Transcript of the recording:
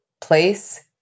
place